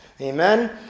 Amen